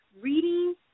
Reading